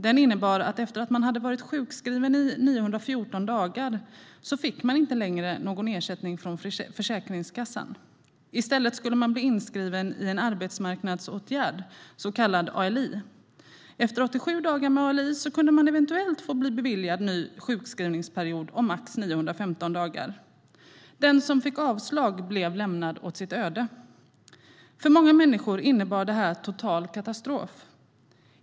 Den innebar att efter att man hade varit sjukskriven i 914 dagar fick man inte längre någon ersättning från Försäkringskassan. I stället skulle man bli inskriven i en arbetsmarknadsåtgärd kallad ALI. Efter 87 dagar med ALI kunde man eventuellt bli beviljad en ny sjukskrivningsperiod om max 915 dagar. Den som fick avslag blev lämnad åt sitt öde. För många människor innebar det här total katastrof.